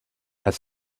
had